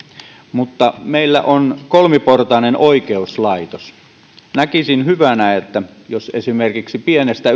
mutta meillä on kolmiportainen oikeuslaitos näkisin hyvänä että jos esimerkiksi pienestä